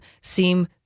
seem